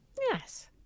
Yes